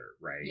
right